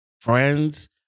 friends